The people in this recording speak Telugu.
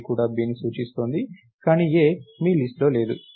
A కూడా Bని సూచిస్తోంది కానీ A మీ లిస్ట్ లో లేదు